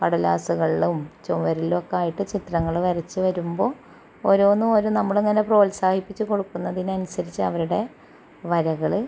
കടലാസുകളിലും ചുമരിലൊക്കെ ആയിട്ട് ചിത്രങ്ങള് വരച്ച് വരുമ്പോൾ ഓരോന്ന് ഒരു നമ്മളിങ്ങനെ പ്രോത്സാഹിപ്പിച് കൊടുക്കുന്നതിനനുസരിച്ച് അവരുടെ വരകള്